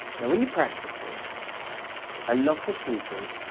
now when you practice this a lot of people